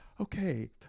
okay